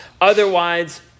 Otherwise